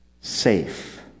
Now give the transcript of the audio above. safe